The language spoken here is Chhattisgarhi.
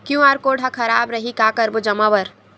क्यू.आर कोड हा खराब रही का करबो जमा बर?